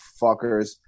fuckers